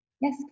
Yes